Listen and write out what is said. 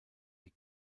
wie